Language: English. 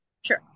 Sure